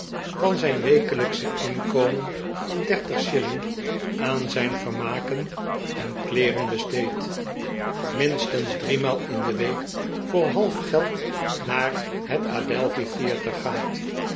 van zijn wwbpflf gedag vaard wekelijksche inkomen van dertig shilling aan zijn vermaken en kleeren besteedt minstens driemaal in de week voor half geld naar net adelphi theatre gaat